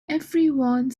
everyone